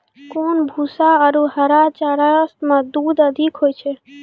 कोन भूसा आरु हरा चारा मे दूध अधिक होय छै?